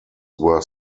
were